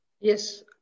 Yes